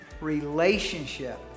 relationship